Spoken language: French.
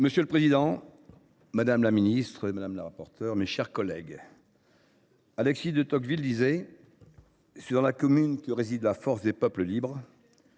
Monsieur le président, madame la ministre, mes chers collègues, Alexis de Tocqueville disait :« C’est […] dans la commune que réside la force des peuples libres.